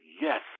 yes